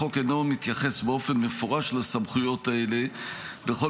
החוק אינו מתייחס באופן מפורש לסמכויות האלה בכל